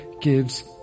gives